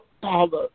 Father